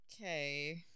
Okay